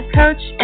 coach